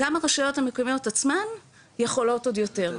גם הרשויות המקומיות עצמן יכולות עוד יותר,